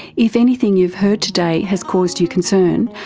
if anything you've heard today has caused you concern,